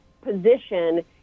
position